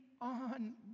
on